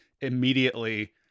immediately